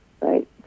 right